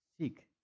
Seek